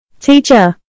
Teacher